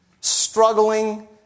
struggling